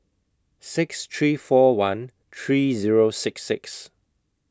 six three four one three Zero six six